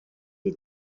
les